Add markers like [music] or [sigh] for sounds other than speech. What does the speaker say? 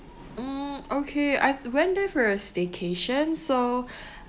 mm okay I went there for a staycation so [breath]